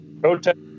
Protest